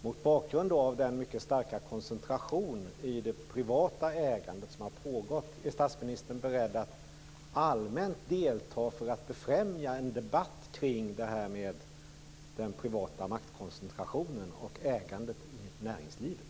Mot bakgrund av den mycket starka koncentration i det privata ägandet som har pågått: Är statsministern beredd att allmänt delta för att befrämja en debatt kring den privata maktkoncentrationen och ägandet i näringslivet?